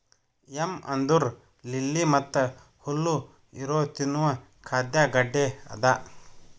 M ಅಂದುರ್ lily ಮತ್ತ ಹುಲ್ಲು ಇರೊ ತಿನ್ನುವ ಖಾದ್ಯ ಗಡ್ಡೆ ಅದಾ